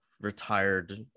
retired